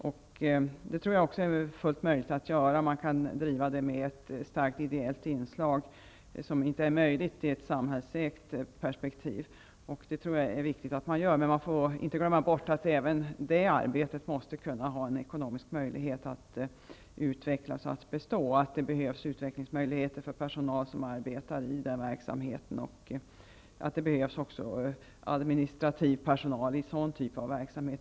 Jag tror att det är en fullt möjlig väg. Verksamheter kan då drivas med ett starkt ideellt inslag som inte är möjligt att åstadkomma i samhälleligt drivet arbete. Jag tror att det är viktigt att satsa på detta, men man får inte glömma bort att det även i det arbetet måste finnas ekonomiska möjligheter till utveckling och fortbestånd. Det behövs utvecklingsmöjligheter för personal som arbetar i sådan verksamhet. Man kan inte heller helt komma bort ifrån att det behövs administrativ personal också i en sådan typ av verksamhet.